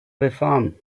reform